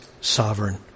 sovereign